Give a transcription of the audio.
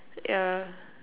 yeah